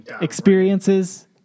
experiences